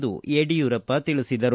ಎಂದು ಯಡಿಯೂರಪ್ಪ ತಿಳಿಸಿದರು